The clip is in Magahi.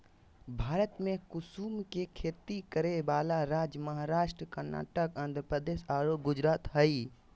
भारत में कुसुम के खेती करै वाला राज्य महाराष्ट्र, कर्नाटक, आँध्रप्रदेश आरो गुजरात हई